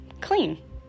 clean